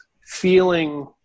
feeling